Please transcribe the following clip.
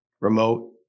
remote